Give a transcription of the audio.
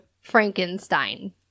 Frankenstein